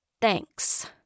thanks